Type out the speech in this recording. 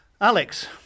alex